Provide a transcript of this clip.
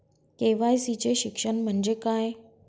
KYC चे शिक्षण म्हणजे काय?